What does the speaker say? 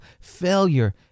Failure